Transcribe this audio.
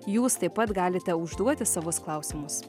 jūs taip pat galite užduoti savus klausimus